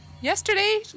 yesterday